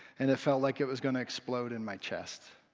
and it felt like it was going to explode in my chest.